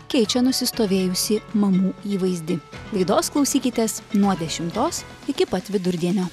keičia nusistovėjusį mamų įvaizdį laidos klausykitės nuo dešimtos iki pat vidurdienio